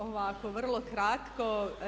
Ovako, vrlo kratko.